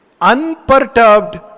unperturbed